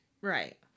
Right